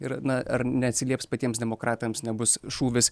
ir na ar neatsilieps patiems demokratams nebus šūvis